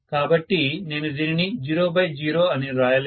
కాబట్టి నేను దీనిని 00 అని రాయలేను